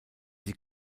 sie